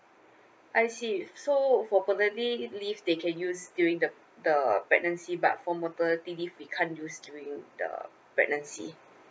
I see so for paternity leave they can use during the the pregnancy but for maternity leave we can't use during the pregnancy